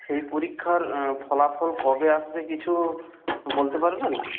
সেই পরীক্ষার ফলাফল কবে আসবে কিছু বলতে পারবেন